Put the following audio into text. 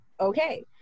okay